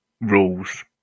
rules